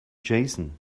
jason